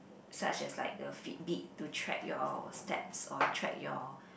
such as like a Fitbit to check your steps or check your